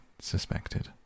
suspected